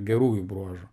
gerųjų bruožų